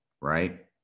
right